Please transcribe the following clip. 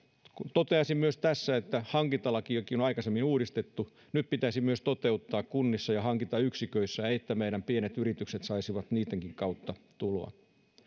toteaisin myös tässä että hankintalakiakin on aikaisemmin uudistettu ja nyt pitäisi myös toimia kunnissa ja hankintayksiköissä niin että meidän pienet yritykset saisivat niittenkin kautta tuloa